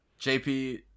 JP